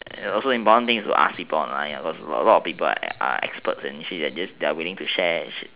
and also important thing is to ask people online because a lot of people are experts and they are willing to share